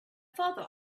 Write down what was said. father